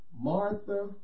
Martha